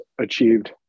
achieved